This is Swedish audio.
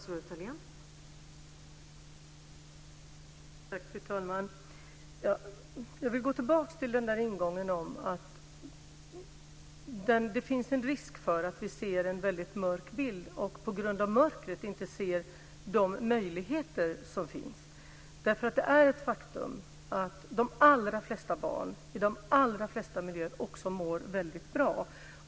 Fru talman! Jag vill gå tillbaka till ingången att det finns en risk för att vi ser en väldigt mörk bild och på grund av mörkret inte ser möjligheterna. Det är ett faktum att de allra flesta barn i de allra flesta miljöer mår väldigt bra.